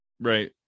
Right